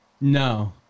No